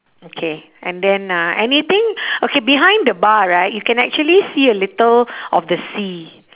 okay and then uh anything okay behind the bar right you can actually see a little of the sea